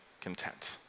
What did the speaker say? content